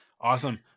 awesome